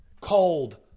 cold